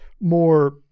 more